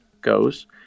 goes